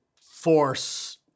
force